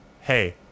hey